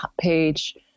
page